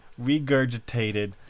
regurgitated